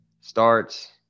starts